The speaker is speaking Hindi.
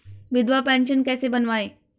विधवा पेंशन कैसे बनवायें?